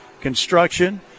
Construction